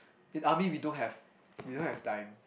in army we don't have we don't have time